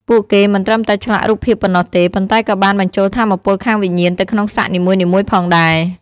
ពួកគេមិនត្រឹមតែឆ្លាក់រូបភាពប៉ុណ្ណោះទេ ប៉ុន្តែក៏បានបញ្ចូលថាមពលខាងវិញ្ញាណទៅក្នុងសាក់នីមួយៗផងដែរ។